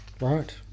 Right